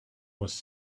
was